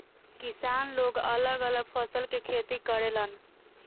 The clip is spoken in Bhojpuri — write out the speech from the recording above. किसान लोग अलग अलग फसल के खेती करेलन